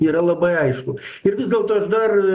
yra labai aišku ir vis dėlto aš dar